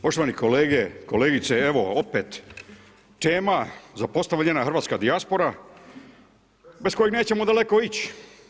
Poštovani kolege, kolegice, evo opet tema zapostavljena hrvatska dijaspora bez kojeg nećemo daleko ići.